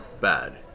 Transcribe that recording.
bad